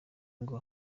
ngo